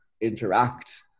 interact